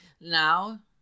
Now